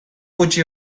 gutxi